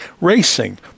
Racing